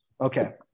okay